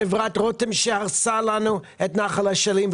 חברת רותם שהרסה לנו את נחל אשלים,